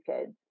kids